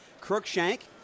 Crookshank